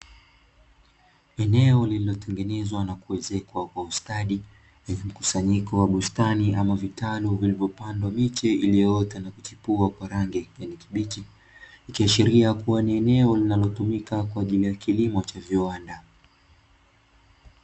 Eneo lililotengenezwa na kuezekwa kwa ustadi, lenye mkusanyiko wa bustani ama vitalu, vilivyo na miche iliyoota na kuchipua kwa rangi ya kijani kibichi, ikiashiria kuwa ni eneo linalotumika kwa ajili ya kilimo cha viwanda.